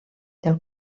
del